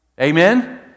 Amen